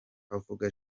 uvuga